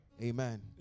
Amen